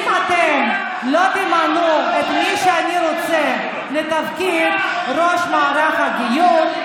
אם אתם לא תמנו את מי שאני רוצה לתפקיד ראש מערך הגיור,